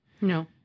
No